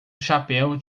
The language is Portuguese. chapéu